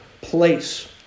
place